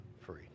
free